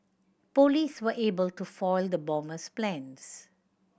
police were able to foil the bomber's plans